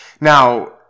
Now